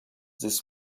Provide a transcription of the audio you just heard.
this